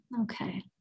Okay